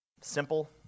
Simple